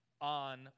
on